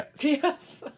Yes